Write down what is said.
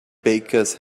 bakers